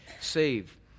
save